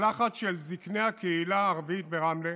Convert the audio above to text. משלחת של זקני הקהילה הערבית ברמלה